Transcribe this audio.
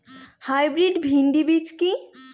Hybrid bhindi বীজ কি?